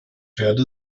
werde